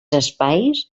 espais